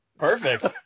Perfect